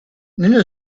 nello